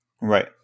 Right